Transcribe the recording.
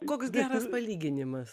koks geras palyginimas